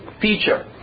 feature